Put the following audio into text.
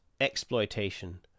exploitation